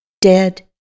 dead